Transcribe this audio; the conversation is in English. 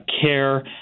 care